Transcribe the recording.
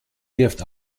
wirft